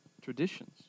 traditions